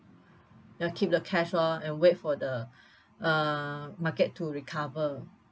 ya keep the cash lor and wait for the uh market to recover